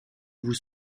vous